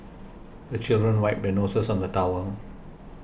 the children wipe their noses on the towel